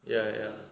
ya ya